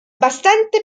bastante